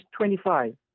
25